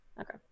Okay